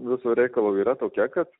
viso reikalo yra tokia kad